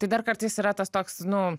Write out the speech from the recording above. tai dar kartais yra tas toks nu